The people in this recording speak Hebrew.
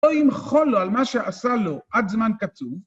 או למחול לו על מה שעשה לו עד זמן כתוב.